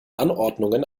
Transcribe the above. anordnungen